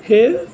সেয়ে